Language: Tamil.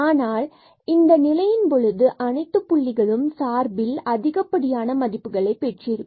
ஆனால் இந்த நிலையின் போது அனைத்து புள்ளிகளும் சார்பில் அதிகப்படியான மதிப்புகளை பெற்றிருக்கும்